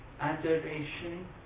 adoration